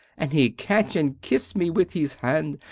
and he catch and kiss me with his hand,